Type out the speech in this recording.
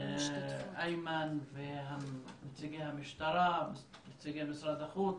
איימן ונציגי המשטרה, נציגי משרד החינוך,